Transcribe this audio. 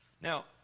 Now